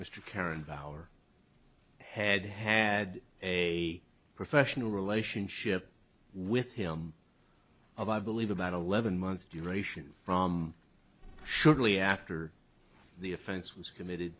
mr karrenbauer had had a professional relationship with him of i believe about eleven months duration from shortly after the offense was committed